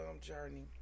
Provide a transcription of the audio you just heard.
journey